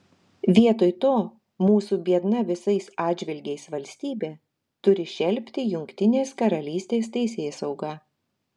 vietoj to mūsų biedna visais atžvilgiais valstybė turi šelpti jungtinės karalystės teisėsaugą